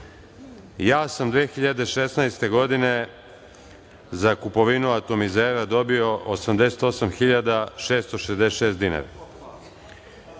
Ja sam 2016. godine za kupovinu atomizera dobio 88.666 dinara.